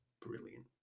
brilliant